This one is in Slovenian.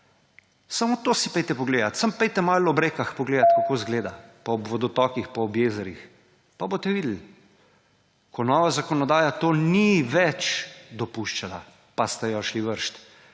Samo to si pojdite pogledat. Samo pojdite malo ob rekah pogledat, kako zgleda, pa ob vodotokih, ob jezerih, pa boste videli. Ko nova zakonodaja tega ni več dopuščala, pa ste jo vrgli.